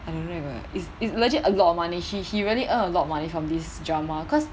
I don't know eh is it's legit a lot of money he he really earn a lot money from this drama cause